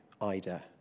Ida